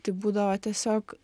tai būdavo tiesiog